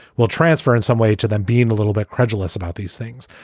we'll transfer in some way to them being a little bit credulous about these things.